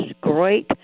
great